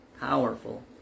powerful